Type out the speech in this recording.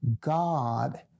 God